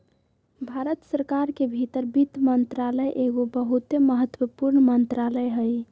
भारत सरकार के भीतर वित्त मंत्रालय एगो बहुते महत्वपूर्ण मंत्रालय हइ